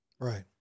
Right